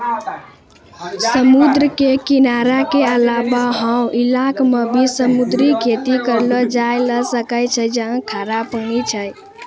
समुद्र के किनारा के अलावा हौ इलाक मॅ भी समुद्री खेती करलो जाय ल सकै छै जहाँ खारा पानी छै